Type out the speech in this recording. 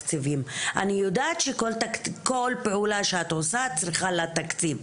אני יודעת שכל פעולה שאת עושה את צריכה לה תקציב.